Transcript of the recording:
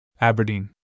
Aberdeen